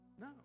no